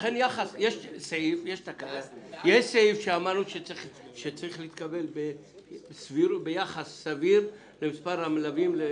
לכן יש סעיף שאמרנו שצריך להתקבל יחס סביר בין מספר המלווים ומספר